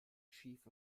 chief